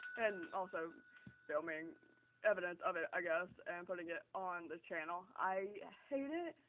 and also filming evidence of it, i guess, and putting it on the channel. i hate it,